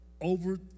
over